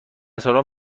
سالن